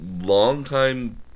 long-time